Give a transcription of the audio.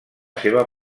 seva